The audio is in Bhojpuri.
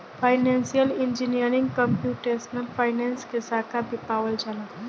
फाइनेंसियल इंजीनियरिंग कंप्यूटेशनल फाइनेंस के साखा भी पावल जाला